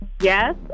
Yes